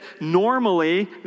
normally